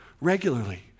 regularly